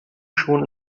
schon